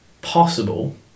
possible